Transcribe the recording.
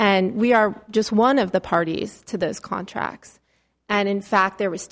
and we are just one of the parties to those contracts and in fact there was